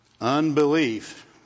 Unbelief